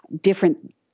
different